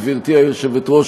גברתי היושבת-ראש,